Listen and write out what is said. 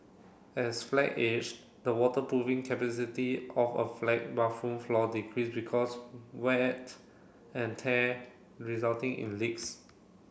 as flat age the waterproofing capacity of a flat bathroom floor decrease because wet and tear resulting in leaks